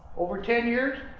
over ten years,